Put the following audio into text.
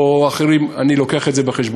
או אחרים, אני מביא את זה בחשבון.